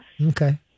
Okay